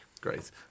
Great